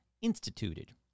instituted